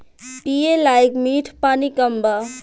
पिए लायक मीठ पानी कम बा